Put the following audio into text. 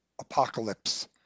apocalypse